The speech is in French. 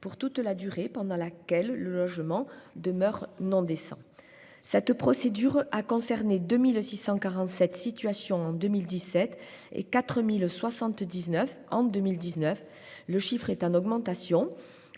pour toute la durée pendant laquelle le logement demeure non décent. Cette procédure a concerné 2 647 situations en 2017 et 4 079 en 2019. Le chiffre est en augmentation,